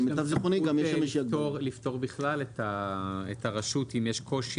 יש גם סמכות לפטור בכלל את הרשות אם יש קושי